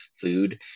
food